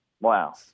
Wow